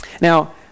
Now